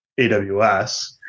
AWS